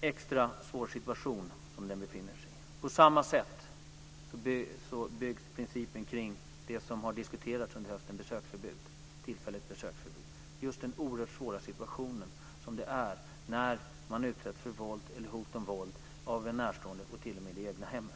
extra svår situation som en sådan person befinner sig i. På samma sätt är det med principen för det som diskuterats under hösten, nämligen tillfälligt besöksförbud. Det gäller den oerhört svåra situationen som det är när man utsätts för våld eller hot om våld av en närstående och det t.o.m. sker i det egna hemmet.